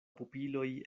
pupiloj